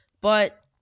But-